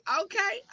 okay